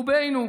רובנו,